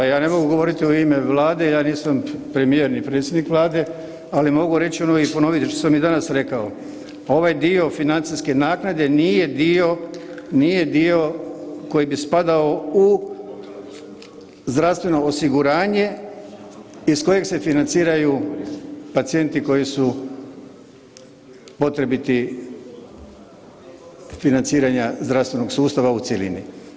Pa ja ne mogu govoriti u ime Vlade, ja nisam premijer ni predsjednik Vlade, ali mogu reći ono i ponoviti što sam i danas rekao ovaj dio financijske naknade nije dio, nije dio koji bi spadao u zdravstveno osiguranje iz kojeg se financiraju pacijenti koji su potrebiti financiranja zdravstvenog sustava u cjelini.